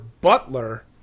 butler